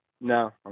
No